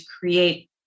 create